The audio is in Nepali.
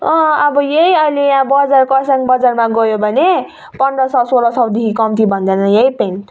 अब यही अहिले यहाँ बजार कर्सियङ बजारमा गयो भने पन्ध्र सय सोह्र सयदेखि कम्ती भन्दैन यही प्यान्ट